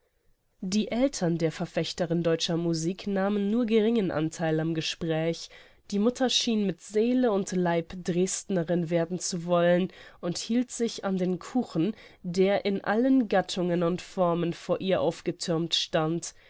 die eltern der verfechterin deutscher musik nahmen nur geringen antheil am gespräch die mutter schien mit seele und leib dresdnerin werden zu wollen und hielt sich an den kuchen der in allen gattungen und formen vor ihr aufgethürmt stand